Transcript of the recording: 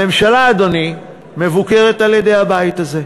הממשלה, אדוני, מבוקרת על-ידי הבית הזה,